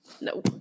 No